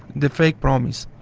the fake promise.